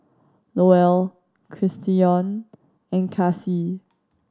Lowell Christion and Kassie